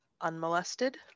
unmolested